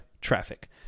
traffic